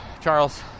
Charles